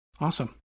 awesome